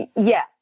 Yes